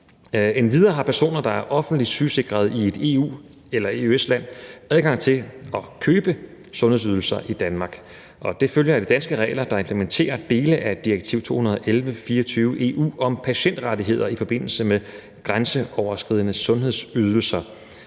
Endvidere har personer, der er offentligt sygesikret i et EU- eller EØS-land, adgang til at købe sundhedsydelser i Danmark. Det følger af de danske regler, der implementerer dele af direktiv 2011/24/EU om patientrettigheder i forbindelse med grænseoverskridende sundhedsydelser.